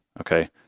okay